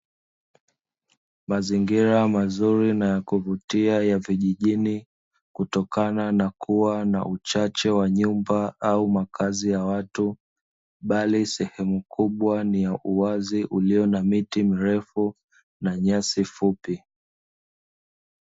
Mazingira mazuri na ya kuvutia ya vijijini kutokana na kuwa na uchache wa nyumba au makazi ya watu, bali sehemu kubwa ni uwazi ulio na miti mirefu na nyasi fupi.